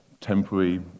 temporary